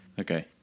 Okay